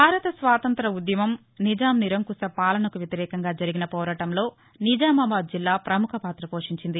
భారత స్వతంత్ర ఉద్యమం నిజాం నిరంకుశ పాలనకు వ్యతిరేకంగా జరిగిన పోరాటంలో నిజామాబాద్ జిల్లా పముఖ పాత పోషించింది